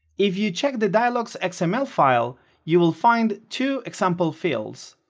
if you check the dialog's xml file you will find two example fields,